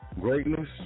greatness